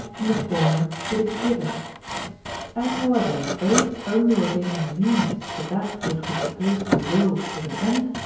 in the former it is given as however both only ordain the means to that which we suppose to be willed as an end,